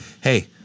hey